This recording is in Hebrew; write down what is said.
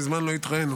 מזמן לא התראינו.